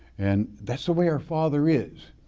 and that's the way our father is.